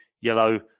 yellow